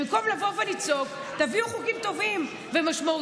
במקום לבוא ולצעוק, תביאו חוקים טובים משמעותיים,